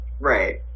Right